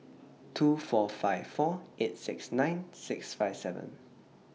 two four five four eight six nine six five seven